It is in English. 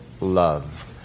love